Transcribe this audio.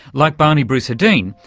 like bani brusadin,